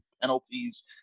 penalties